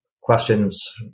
questions